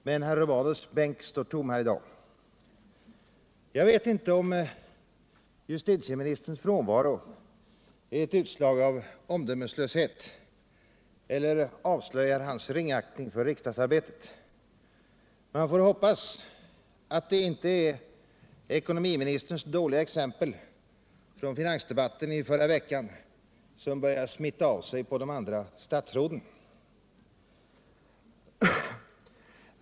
Men herr Romanus bänk står tom här i dag. Jag vet inte om justitieministerns frånvaro är ett utslag av omdömeslöshet eller avslöjar hans ringaktning för riksdagsarbetet. Man får hoppas att det inte är ekonomiministerns dåliga exempel från finansdebatten i förra veckan som börjar smitta av sig på de andra statsråden.